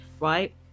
Right